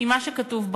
עם מה שכתוב בחוק.